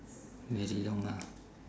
very long lah